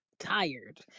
Tired